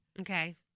Okay